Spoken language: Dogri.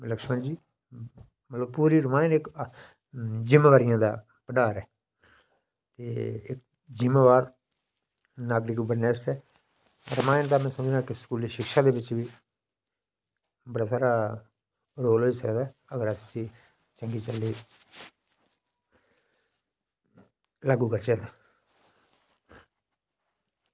ते लक्ष्मण जी पूरी रामायण इक्क जिम्मेदारियां दा परिवार ऐ ते इक्क जिम्मेवार नागरिक बनने आस्तै ते स्कूली शिक्षा बिच बी बड़ा सारा रोल होई सकदा अस बी चलदे चलदे लागू करचै